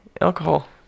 alcohol